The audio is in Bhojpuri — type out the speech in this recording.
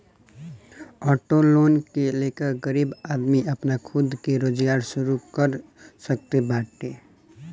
ऑटो लोन ले के गरीब आदमी आपन खुद के रोजगार शुरू कर सकत बाटे